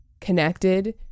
connected